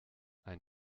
ein